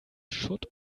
schutt